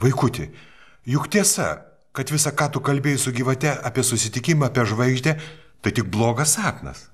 vaikuti juk tiesa kad visa ką tu kalbėjai su gyvate apie susitikimą apie žvaigždę tai tik blogas sapnas